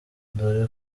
dore